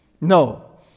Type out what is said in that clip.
No